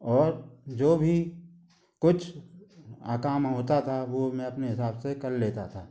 और जो भी कुछ काम होता था वो मैं अपने हिसाब से कर लेता था